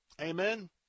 Amen